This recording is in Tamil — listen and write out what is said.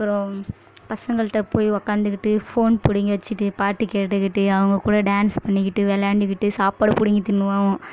அப்புறோம் பசங்கள்கிட்ட போய் உட்காந்துக்கிட்டு ஃபோன் புடிங்கி வச்சிட்டு பாட்டு கேட்டுக்கிட்டு அவங்க கூட டான்ஸ் பண்ணிக்கிட்டு விளாண்டுக்கிட்டு சாப்பாடு புடிங்கி தின்னுவோம்